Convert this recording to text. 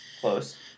Close